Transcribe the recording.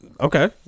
okay